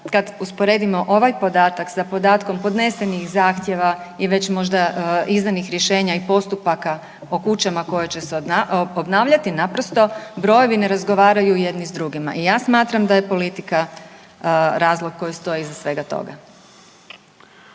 kad usporedimo ovaj podatak sa podatkom podnesenih zahtjeva i već možda izdanih rješenja i postupaka o kućama koje će se obnavljati. Naprosto brojevi ne razgovaraju jedni sa drugima. I ja smatram da je politika razlog koji stoji iza svega toga.